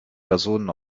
personen